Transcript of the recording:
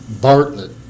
Bartlett